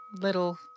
Little